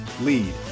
lead